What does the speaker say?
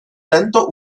tento